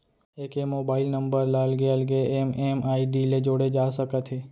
एके mobile number ल अलगे अलगे एम.एम.आई.डी ले जोड़े जा सकत हे